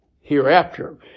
hereafter